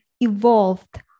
evolved